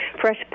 fresh